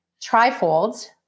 trifold